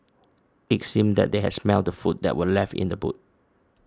it seemed that they had smelt the food that were left in the boot